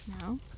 No